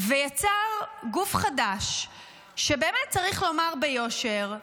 ויצר גוף חדש שבאמת צריך לומר ביושר,